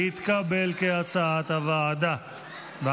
כהצעת הוועדה, התקבל.